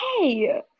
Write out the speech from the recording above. Hey